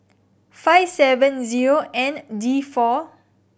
five seven zero N D four